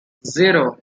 zero